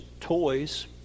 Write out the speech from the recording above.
toys